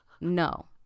No